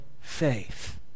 faith